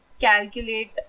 calculate